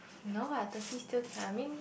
no ah thirty still can I mean